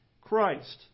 Christ